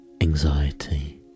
anxiety